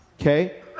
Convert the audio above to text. Okay